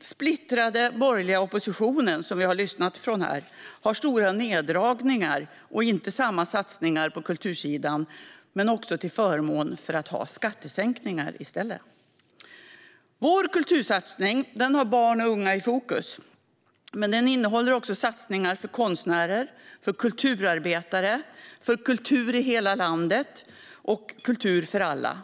splittrade borgerliga oppositionen som vi har lyssnat på här gör stora neddragningar och inte samma satsningar på kultursidan - till förmån för skattesänkningar. Vår kultursatsning har barn och unga i fokus, men den innehåller också satsningar på konstnärer, kulturarbetare, kultur i hela landet och kultur för alla.